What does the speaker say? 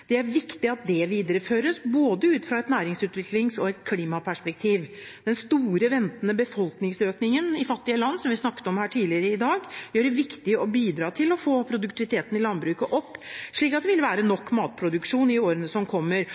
Det er viktig at det videreføres, ut fra både et næringsutviklings- og et klimaperspektiv. Den store ventede befolkningsøkningen i fattige land som vi snakket om her tidligere i dag, gjør det viktig å bidra til å få produktiviteten i landbruket opp, slik at det vil være nok matproduksjon i årene som kommer.